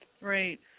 Right